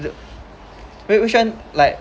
which which one like